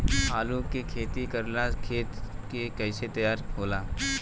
आलू के खेती करेला खेत के कैसे तैयारी होला?